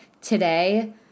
Today